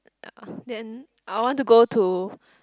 uh then I want to go to